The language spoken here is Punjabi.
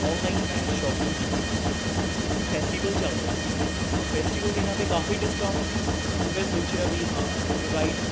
ਆਨਲਾਈਨ ਮੈਂ ਸ਼ੋਪਿੰਗ ਕੀਤੀ ਸੀ ਕਿਉਂਕਿ ਫੈਸਟੀਵਲ ਚੱਲ ਰਿਹਾ ਸੀ ਸੋ ਫੈਸਟੀਵਲ ਦਿਨਾਂ 'ਤੇ ਕਾਫੀ ਡਿਸਕਾਊਂਟ ਸੀ ਸੋ ਮੈਂ ਸੋਚਿਆ ਬਈ ਹਾਂ ਇਹ ਰਾਈਟ